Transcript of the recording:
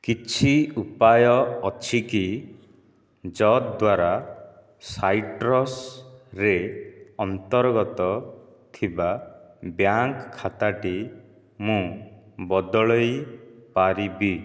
କିଛି ଉପାୟ ଅଛି କି ଯଦ୍ଦ୍ୱାରା ସାଇଟ୍ରସ୍ରେ ଅନ୍ତର୍ଗତ ଥିବା ବ୍ୟାଙ୍କ ଖାତାଟି ମୁଁ ବଦଳାଇ ପାରିବି